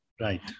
Right